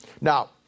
Now